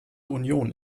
union